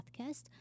podcast